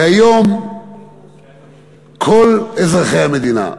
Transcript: והיום כל אזרחי המדינה,